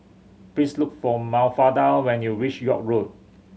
please look for Mafalda when you reach York Road